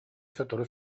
сотору